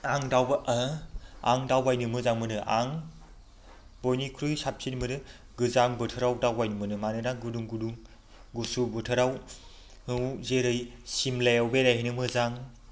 आं दावबायनो मोजां मोनो आं बयनिख्रुइ साबसिन मोनो गोजां बोथोराव दावबायनो मानोना गुदुं गुदुं गुसु बोथोराव जेरै सिमलायाव बेरायहैनो मोजां